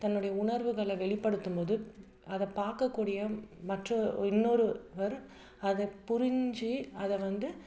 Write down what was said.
தன்னுடைய உணர்வுகளை வெளிப்படுத்தும் போது அதை பார்க்கக்கூடிய மற்ற இன்னொருவர் அதை புரிந்து அதை வந்து